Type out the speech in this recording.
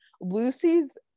lucy's